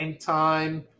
time